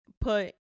put